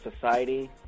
society